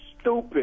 stupid